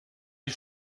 die